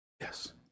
Yes